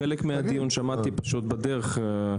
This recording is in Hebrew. חלק מהדיון שמעתי בדרך.